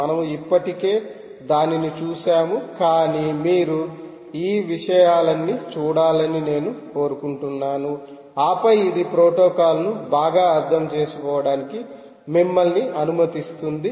మనము ఇప్పటికే దీనిని చూశాము కాని మీరు ఈ విషయాలన్నీ చూడాలని నేను కోరుకుంటున్నాను ఆపై అది ప్రోటోకాల్ను బాగా అర్థం చేసుకోవడానికి మిమ్మల్ని అనుమతిస్తుంది